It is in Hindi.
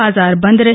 बाजार बंद रहे